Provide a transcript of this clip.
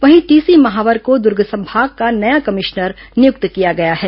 वहीं टीसी महावर को दुर्ग संभाग का नया कमिश्नर नियुक्त किया गया है